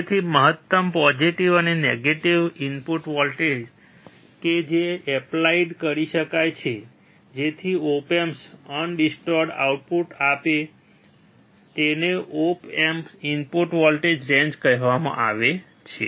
તેથી મહત્તમ પોઝિટિવ અને નેગેટિવ ઇનપુટ વોલ્ટેજ કે જે એપ્લાઈડ કરી શકાય છે જેથી ઓપ એમ્પ અનડીસ્ટોરડ આઉટપુટ આપે તેને ઓપ એમ્પની ઇનપુટ વોલ્ટેજ રેન્જ કહેવામાં આવે છે